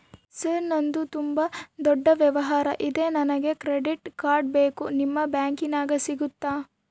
Sir ನಂದು ತುಂಬಾ ದೊಡ್ಡ ವ್ಯವಹಾರ ಇದೆ ನನಗೆ ಕ್ರೆಡಿಟ್ ಕಾರ್ಡ್ ಬೇಕು ನಿಮ್ಮ ಬ್ಯಾಂಕಿನ್ಯಾಗ ಸಿಗುತ್ತಾ?